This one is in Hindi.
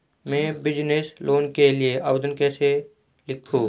मैं बिज़नेस लोन के लिए आवेदन कैसे लिखूँ?